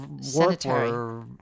sanitary